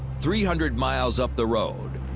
three hundred miles up the road.